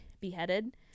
beheaded